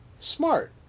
Smart